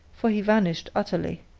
for he vanished utterly.